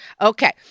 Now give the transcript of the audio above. Okay